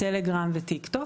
טלגרם וטיק טוק.